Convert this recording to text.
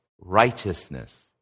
righteousness